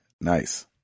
Nice